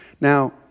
Now